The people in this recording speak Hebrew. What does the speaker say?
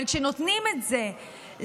אבל כשנותנים את זה לאנשים